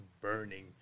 burning